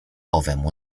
owemu